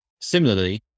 Similarly